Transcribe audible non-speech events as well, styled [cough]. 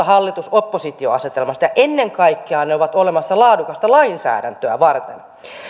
[unintelligible] hallitus oppositio asetelmasta ja ennen kaikkea ne ovat olemassa laadukasta lainsäädäntöä varten